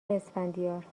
اسفندیار